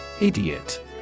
Idiot